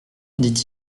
dit